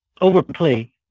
overplay